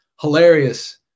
hilarious